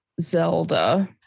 Zelda